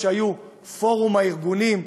כשהיו פורום הארגונים,